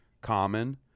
common